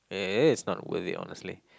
it is not worth it honestly